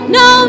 no